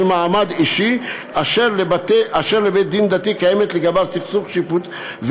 מעמד אישי אשר לבית דין-דתי קיימת לגביו סמכות שיפוט,